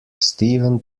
steven